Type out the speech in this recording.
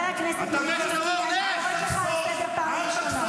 אתה חושב שאתה עושה עליי רושם?